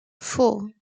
four